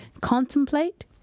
contemplate